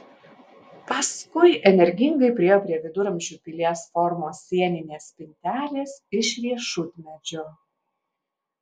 paskui energingai priėjo prie viduramžių pilies formos sieninės spintelės iš riešutmedžio